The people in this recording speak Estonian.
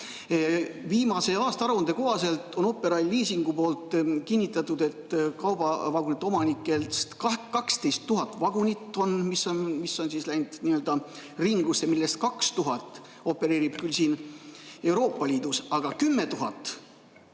Viimase aastaaruande kohaselt on Operail Leasingus kinnitatud, et kaubavagunite omanikel on 12 000 vagunit läinud nii‑öelda ringlusse, millest 2000 opereerib küll siin Euroopa Liidus, aga 10 000